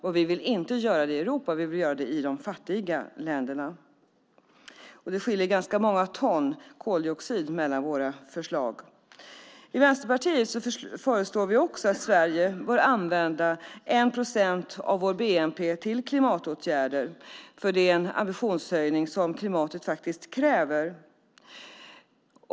Och vi vill inte göra det i Europa - vi vill göra det i de fattiga länderna. Det skiljer ganska många ton koldioxid mellan våra förslag. I Vänsterpartiet föreslår vi också att Sverige bör använda 1 procent av vår bnp till klimatåtgärder. Det är en ambitionshöjning som klimatet kräver.